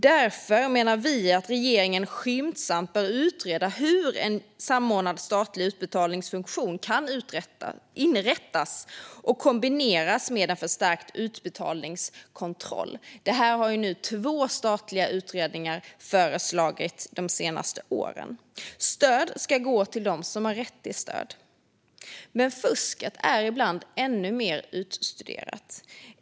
Därför menar vi att regeringen skyndsamt bör utreda hur en samordnad statlig utbetalningsfunktion kan inrättas och kombineras med en förstärkt utbetalningskontroll. Detta har två statliga utredningar föreslagit de senaste åren. Stöd ska gå till dem som har rätt till stöd. Fusket är ibland ännu mer utstuderat.